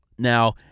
Now